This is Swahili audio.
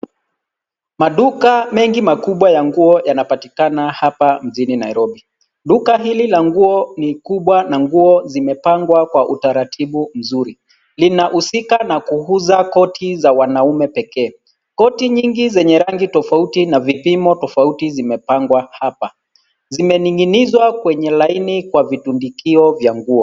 Maduka mengi makubwa ya nguo yanapatikana hapa mjini Nairobi. Duka hili la nguo ni kubwa na nguo zimepangwa kwa utaratibu mzuri. Linahusika na kuuza koti za wanaume pekee. Koti nyingi zenye rangi tofauti na vipimo tofauti vimepangwa hapa. Zimening'inizwa kwenye laini kwa vitundikio vya nguo.